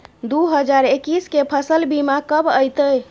दु हजार एक्कीस के फसल बीमा कब अयतै?